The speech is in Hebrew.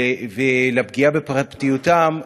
ולפגיעה בפרטיותם,